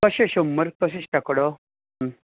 कशें शंबर कशें दिसता आंकडो